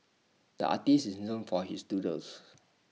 the artist is known for his doodles